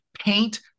Paint